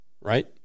right